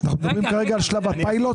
מדברים כרגע על שלב הפיילוט?